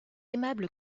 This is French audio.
aimable